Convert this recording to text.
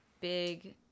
big